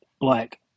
black